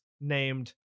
named